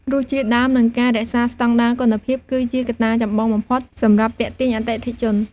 រសជាតិដើម និងការរក្សាស្តង់ដារគុណភាពគឺជាកត្តាចម្បងបំផុតសម្រាប់ទាក់ទាញអតិថិជន។